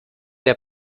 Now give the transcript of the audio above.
der